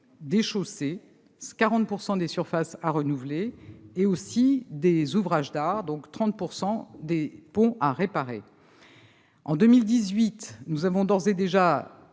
des chaussées, avec 40 % des surfaces à renouveler, et des ouvrages d'art, avec 30 % des ponts à réparer. En 2018, nous avons d'ores et déjà